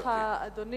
אני מודה לך, אדוני.